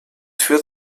führt